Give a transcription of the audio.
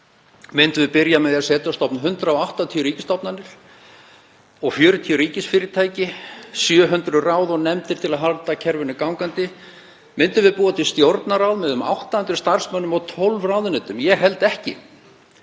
Myndum við byrja með því að setja á stofn 180 ríkisstofnanir og 40 ríkisfyrirtæki, 700 ráð og nefndir til að halda kerfinu gangandi? Myndum við búa til Stjórnarráð með um 800 starfsmönnum og 12 ráðuneytum? Ég held ekki.